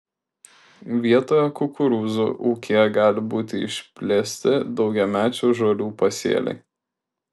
vietoje kukurūzų ūkyje gali būti išplėsti daugiamečių žolių pasėliai